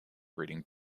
breeding